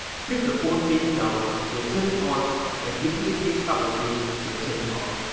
flip the phone face down will turn it on and flipping it face up again will turn it off.